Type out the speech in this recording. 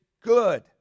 good